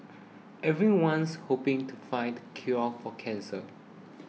everyone's hoping to find the cure for cancer